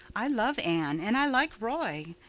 i love anne and i like roy.